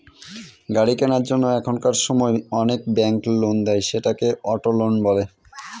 গাড়ি কেনার জন্য এখনকার সময়তো অনেক ব্যাঙ্ক লোন দেয়, সেটাকে অটো লোন বলে